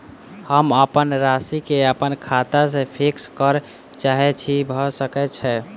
हम अप्पन राशि केँ अप्पन खाता सँ फिक्स करऽ चाहै छी भऽ सकै छै?